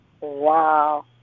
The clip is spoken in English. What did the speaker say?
Wow